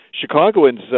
Chicagoans